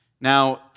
Now